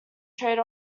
trade